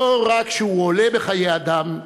לא רק שהוא עולה בחיי אדם,